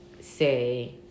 say